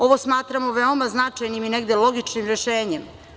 Ovo smatramo veoma značajnim i negde logičnim rešenjem.